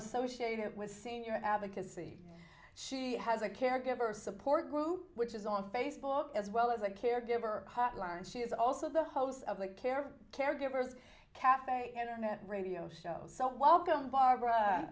associated with senior advocacy she has a caregiver support group which is on facebook as well as a caregiver hotline and she is also the host of the care for caregivers cafe internet radio shows so welcome barbara